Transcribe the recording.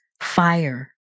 fire